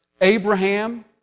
Abraham